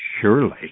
Surely